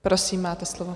Prosím, máte slovo.